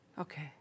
Okay